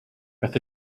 beth